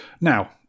Now